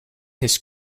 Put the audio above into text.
his